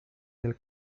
del